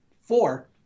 four